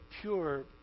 pure